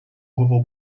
głową